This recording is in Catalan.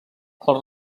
els